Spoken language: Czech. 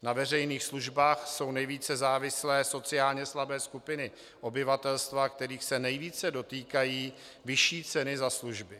Na veřejných službách jsou nejvíce závislé sociálně slabé skupiny obyvatelstva, kterých se nejvíce dotýkají vyšší ceny za služby.